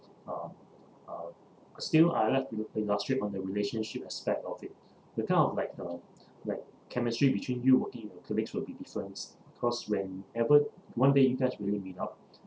uh uh still I would like to illustrate on the relationship aspect of it the kind of like uh like chemistry between you and working colleagues will be different because whenever one day you guys really meet up